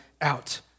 out